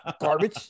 Garbage